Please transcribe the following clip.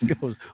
goes